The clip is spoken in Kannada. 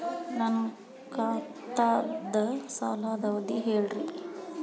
ನನ್ನ ಖಾತಾದ್ದ ಸಾಲದ್ ಅವಧಿ ಹೇಳ್ರಿ